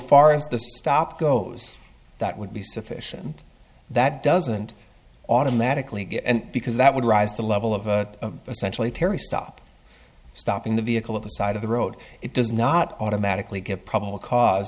far as the stop goes that would be sufficient that doesn't automatically get and because that would rise to level of a centrally terry stop stopping the vehicle at the side of the road it does not automatically get probable cause